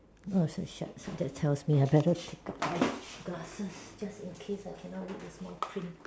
oh so shucks that tells me I better take the white glasses just in case I cannot read the small print